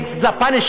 It's the punishment.